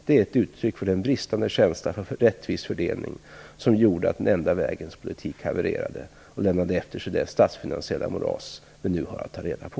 Det är ett uttryck för den bristande känsla för rättvis fördelning som gjorde att den enda vägens politik havererade och lämnade efter sig det statsfinansiella moras vi nu har att ta reda på.